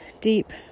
deep